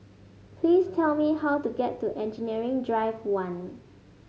please tell me how to get to Engineering Drive One